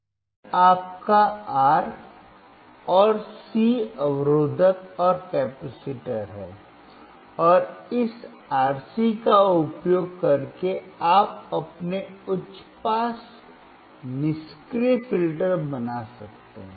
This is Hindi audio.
यह आपका R अवरोधक और C कैपेसिटर है और इस RC का उपयोग करके आप अपने उच्च पास निष्क्रिय फ़िल्टर बना सकते हैं